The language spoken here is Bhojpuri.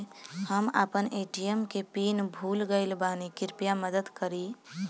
हम आपन ए.टी.एम के पीन भूल गइल बानी कृपया मदद करी